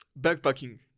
Backpacking